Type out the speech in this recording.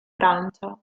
francia